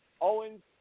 Owens